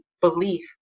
belief